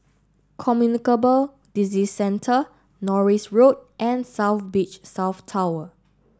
Communicable Disease Centre Norris Road and South Beach South Tower